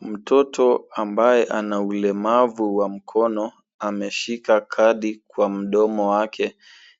Mtoto ambaye ulemavu wa mkono. Ameshika kadi kwa mdomo wake